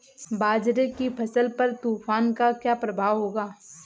बाजरे की फसल पर तूफान का क्या प्रभाव होगा?